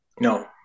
no